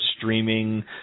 streaming